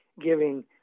giving